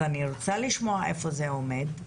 אני רוצה לשמוע איפה זה עומד,